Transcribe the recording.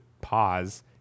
pause